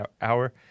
hour